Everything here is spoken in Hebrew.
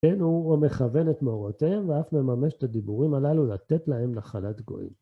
כן הוא מכוון את מעורתיהם, ואף מממש את הדיבורים הללו לתת להם נחלת גועיל.